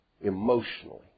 emotionally